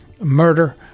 murder